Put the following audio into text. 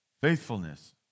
Faithfulness